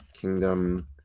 Kingdom